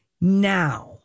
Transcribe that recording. now